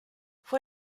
fue